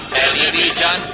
television